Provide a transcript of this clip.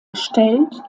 gestellt